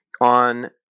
on